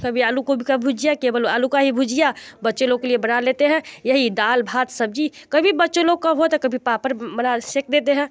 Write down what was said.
कभी आलू कोबी का भुजिया केवल आलू का ही भुजिया बच्चे लोग के लिए बना लेते हैं यही दाल भात सब्जी कभी बच्चे लोग का हुआ तो कभी पापड़ बना सेक देते हैं